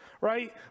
right